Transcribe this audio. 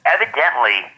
Evidently